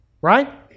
right